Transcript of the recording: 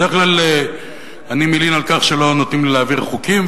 בדרך כלל אני מלין על כך שלא נותנים לי להעביר חוקים,